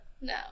No